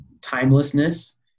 timelessness